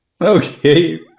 Okay